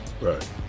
Right